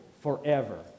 forever